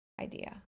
idea